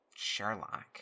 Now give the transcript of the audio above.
Sherlock